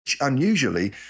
unusually